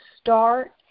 start